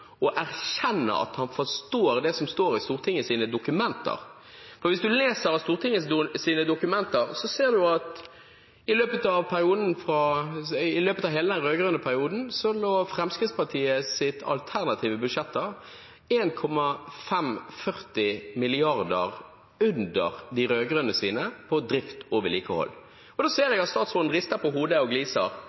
å erkjenne at han forstår det som står i Stortinget sine dokumenter. Hvis man leser Stortingets dokumenter, ser man at i løpet av hele den rød-grønne perioden lå Fremskrittspartiets alternative budsjetter 1,54 mrd. kr under de rød-grønnes på drift og vedlikehold. Nå ser jeg at statsråden rister på hodet og gliser,